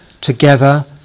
together